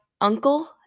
uncle